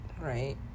right